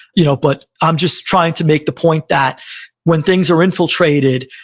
you know but i'm just trying to make the point that when things are infiltrated,